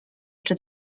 czy